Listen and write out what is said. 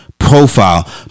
Profile